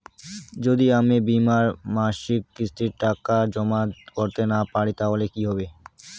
যদি আমি বীমার মাসিক কিস্তির টাকা জমা করতে না পারি তাহলে কি হবে?